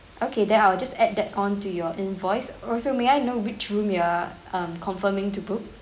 okay then I'll just add that on to your invoice also may I know which room you are um confirming to book